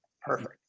Perfect